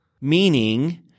meaning